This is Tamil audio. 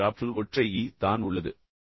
எனவே டிராப்ட்ல் ஒற்றை e தான் உள்ளது